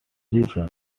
reason